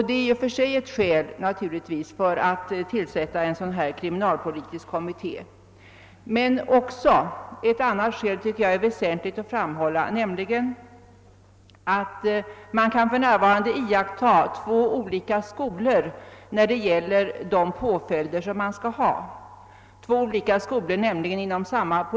Det är i och för sig ett skäl för att tillsätta en kriminalpolitisk kommitté, men jag tycker också ett annat skäl är väsentligt att framhålla, nämligen att man för närvarande kan iaktta två olika skolor inom samma politiska parti när det gäller påföljderna.